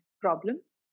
problems